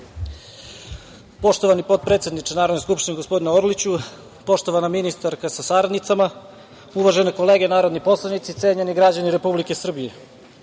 Poštovani potpredsedniče Narodne skupštine, gospodine Orliću, poštovana ministarka sa saradnicima, uvažene kolege narodni poslanici, cenjeni građani Republike Srbije,